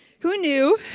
who knew